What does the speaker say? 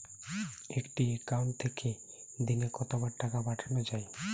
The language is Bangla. একটি একাউন্ট থেকে দিনে কতবার টাকা পাঠানো য়ায়?